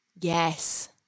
Yes